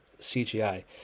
CGI